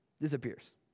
Disappears